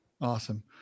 Awesome